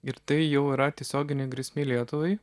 ir tai jau yra tiesioginė grėsmė lietuvai